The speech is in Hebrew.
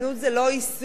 זנות זה לא עיסוק.